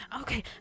Okay